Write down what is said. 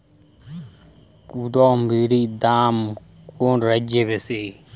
কুঁদরীর দাম কোন রাজ্যে বেশি?